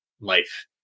life